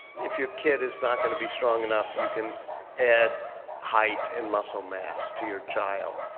if your kid is not going to be strong enough, you can add height and muscle mass to your child.